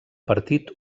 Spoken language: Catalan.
partit